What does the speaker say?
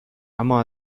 اما